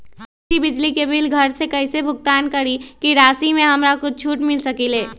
कृषि बिजली के बिल घर से कईसे भुगतान करी की राशि मे हमरा कुछ छूट मिल सकेले?